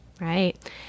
Right